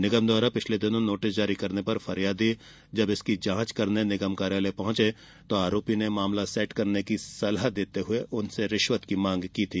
निगम द्वारा पिछले दिनों नोटिस जारी करने पर फरियादी जब इसकी जांच करने निगम कार्यालय पहुँचे तो आरोपी ने मामला सेट करनी की सलाह दी और रिश्वत की मांग की थी